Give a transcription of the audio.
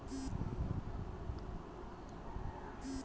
सौ करोड़ लागत से विश्वविद्यालयत बिल्डिंग बने छे